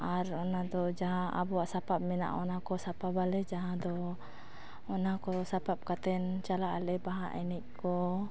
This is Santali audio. ᱟᱨ ᱚᱱᱟ ᱫᱚ ᱡᱟᱦᱟᱸ ᱟᱵᱚᱣᱟᱜ ᱥᱟᱯᱟᱵ ᱢᱮᱱᱟᱜᱼᱟ ᱚᱱᱟ ᱠᱚ ᱥᱟᱯᱟᱵ ᱟᱞᱮ ᱡᱟᱦᱟᱸ ᱫᱚ ᱚᱱᱟ ᱠᱚ ᱥᱟᱯᱟᱵ ᱠᱟᱛᱮᱱ ᱪᱟᱞᱟᱜ ᱟᱞᱮ ᱵᱟᱦᱟ ᱮᱱᱮᱡ ᱠᱚ